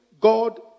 God